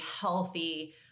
healthy